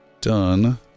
Done